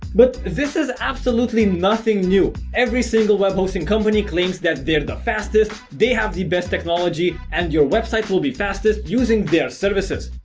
but this is absolutely nothing new, every single web hosting company claims that they're the fastest, they have the best technology and your websites will be fastest using their services.